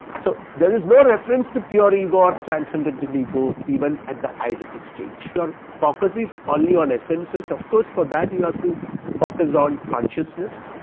so, there is no reference to pure ego or transcendental ego even at the eidetic stage, your focus is only on essences of course, for that you have to focus on consciousness,